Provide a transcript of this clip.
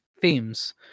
themes